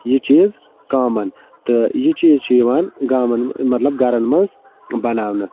یہِ چیٖز کامَن تہٕ یہِ چیٖز چھُ یِوان گامَن مَطلَب گَرَن مَنٛز بَناونہٕ